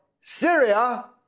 Syria